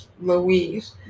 Louise